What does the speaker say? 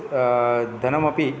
धनमपि